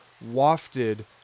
wafted